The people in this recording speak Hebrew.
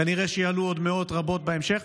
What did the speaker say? כנראה שיעלו עוד מאות רבות בהמשך.